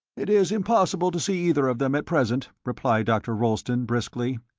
it is impossible to see either of them at present, replied dr. rolleston briskly.